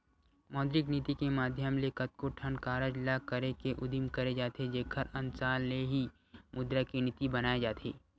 मौद्रिक नीति के माधियम ले कतको ठन कारज ल करे के उदिम करे जाथे जेखर अनसार ले ही मुद्रा के नीति बनाए जाथे